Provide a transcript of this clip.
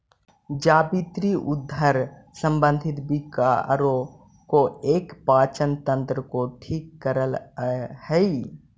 जावित्री उदर संबंधी विकारों को एवं पाचन तंत्र को ठीक करअ हई